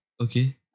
Okay